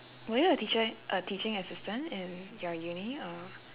were you a teacher a teaching assistant in your uni or